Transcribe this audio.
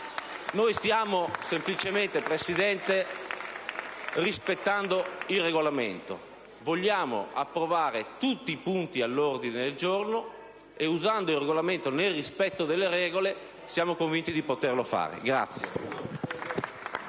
noi stiamo semplicemente rispettando il Regolamento. Vogliamo approvare tutti i punti all'ordine del giorno e, usando il Regolamento nel rispetto delle regole, siamo convinti di poterlo fare.